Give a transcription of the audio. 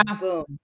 boom